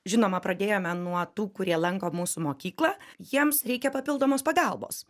žinoma pradėjome nuo tų kurie lanko mūsų mokyklą jiems reikia papildomos pagalbos